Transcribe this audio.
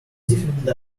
definitely